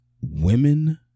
women